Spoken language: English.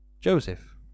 Joseph